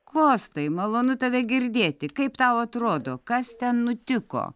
kostai malonu tave girdėti kaip tau atrodo kas ten nutiko